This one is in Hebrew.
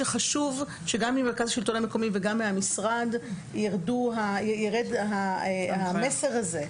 שגם ממרכז השלטון המקומי וגם מהמשרד ירד המסר הזה,